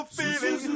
feeling